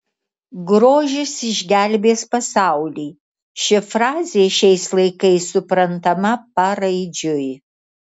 grožis išgelbės pasaulį ši frazė šiais laikais suprantama paraidžiui